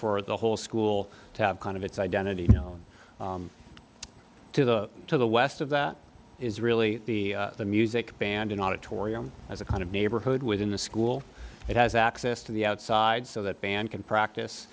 for the whole school to have kind of its identity known to the to the west of that is really the music band an auditorium as a kind of neighborhood within the school it has access to the outside so that band can